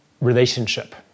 relationship